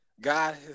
God